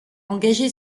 engagé